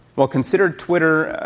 well, consider twitter,